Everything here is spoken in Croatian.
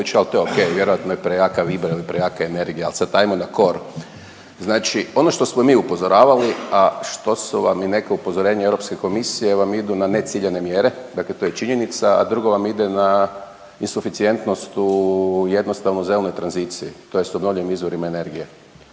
ali to je o.k. Vjerojatno je prejaka vibra ili prejaka energija. Ali sad hajmo na chore. Znači ono što smo mi upozoravali a što su vam i neka upozorenja Europske komisije vam idu na neciljane mjere, dakle to je činjenica, a drugo vam ide na insuficijentnost u jednostavnoj zelenoj tranziciji, tj. obnovljivim izvorima energije.